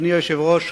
אדוני היושב-ראש,